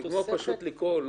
צריך לגמור לקרוא,